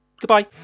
Goodbye